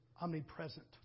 omnipresent